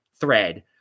thread